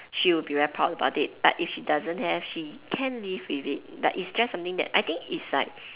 she will be very proud about it but if she doesn't have she can live with it but it's just something that I think it's like